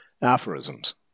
aphorisms